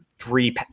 three